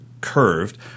curved